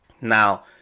Now